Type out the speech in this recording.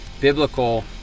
biblical